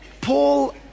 Paul